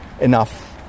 enough